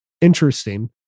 interesting